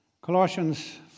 colossians